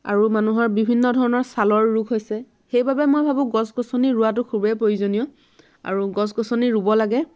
আৰু মানুহৰ বিভিন্ন ধৰণৰ ছালৰ ৰোগ হৈছে সেইবাবে মই ভাবোঁ গছ গছনি ৰুৱাটো খুবেই প্ৰয়োজনীয় আৰু গছ গছনি ৰুৱ লাগে